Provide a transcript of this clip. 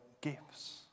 gifts